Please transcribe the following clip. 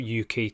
UK